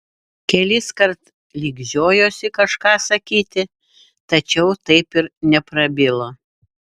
keliskart lyg žiojosi kažką sakyti tačiau taip ir neprabilo